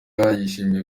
yashimiwe